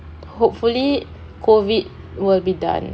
hopefully COVID will be done